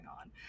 on